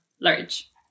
large